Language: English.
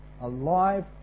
alive